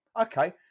Okay